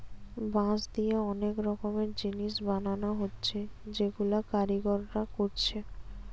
বাঁশ দিয়ে অনেক রকমের জিনিস বানানা হচ্ছে যেগুলা কারিগররা কোরছে